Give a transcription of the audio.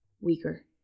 Weaker